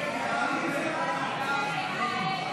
22,